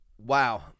Wow